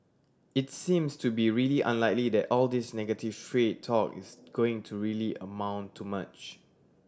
it's seems to be really unlikely that all this negative trade talk is going to really amount to much